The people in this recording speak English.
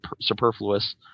superfluous